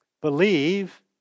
Believe